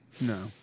No